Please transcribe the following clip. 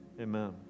Amen